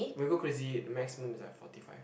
will go crazy maximum is like forty five